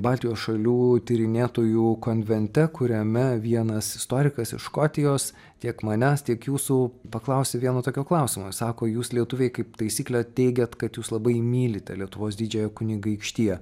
baltijos šalių tyrinėtojų konvente kuriame vienas istorikas iš škotijos tiek manęs tiek jūsų paklausė vieno tokio klausimo sako jūs lietuviai kaip taisyklė teigiat kad jūs labai mylite lietuvos didžiąją kunigaikštiją